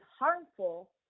harmful